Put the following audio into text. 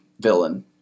villain